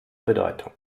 bedeutung